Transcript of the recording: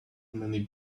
many